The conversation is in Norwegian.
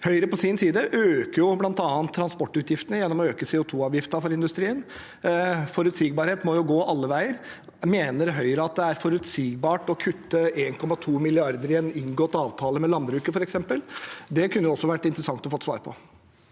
Høyre på sin side øker bl.a. transportutgiftene gjennom å øke CO2-avgiften for industrien. Forutsigbarhet må gå alle veier. Mener Høyre at det er forutsigbart å kutte f.eks. 1,2 mrd. kr i en inngått avtale med landbruket? Det kunne det også vært interessant å få svar på.